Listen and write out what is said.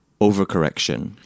overcorrection